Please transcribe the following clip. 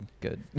good